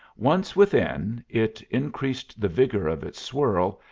once within, it increased the vigor of its swirl,